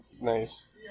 Nice